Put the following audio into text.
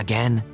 Again